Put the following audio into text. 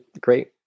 great